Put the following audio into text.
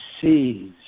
sees